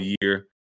year